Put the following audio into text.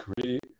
create